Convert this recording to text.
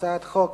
הצעת חוק